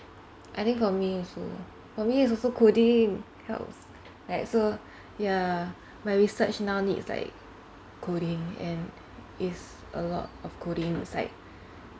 I think for me also for me is also coding helps like so ya my research now needs like coding and it's a lot of coding it's like